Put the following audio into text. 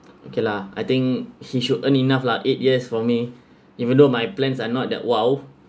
okay lah I think he should earn enough lah eight years for me even though my plans are not that !wow!